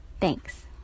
Thanks